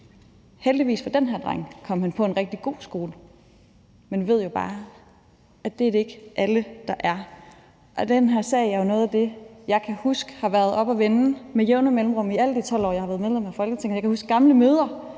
Heldigvis for den her dreng kom han på en rigtig god skole, men man ved jo bare, at det ikke er alle, der er heldige. Det her er noget af det, jeg kan huske har været oppe at vende med jævne mellemrum i alle de 12 år, jeg har været medlem af Folketinget. Jeg kan huske gamle